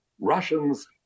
Russians